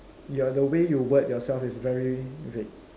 ya the way you word yourself is very vague